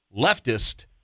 leftist